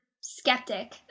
skeptic